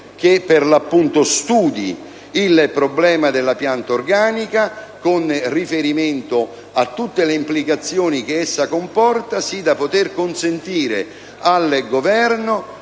che studi il problema della pianta organica con riferimento a tutte le implicazioni che essa comporta, sì da poter consentire al Governo